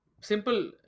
simple